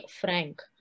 frank